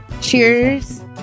Cheers